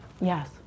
yes